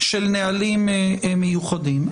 של נהלים מיוחדים.